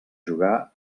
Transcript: jugar